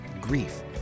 grief